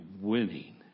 winning